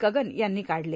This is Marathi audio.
कगन यांनी काढले